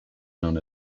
known